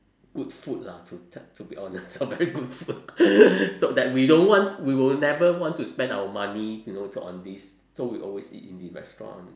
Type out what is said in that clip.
good food lah to te~ to be honest very good food so that we don't want we will never want to spend our money you know to on these so we always eat in the restaurant